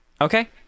Okay